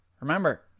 Remember